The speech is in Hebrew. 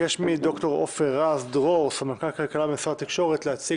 ד"ר עופר רז דרור ממשרד הכלכלה, בבקשה.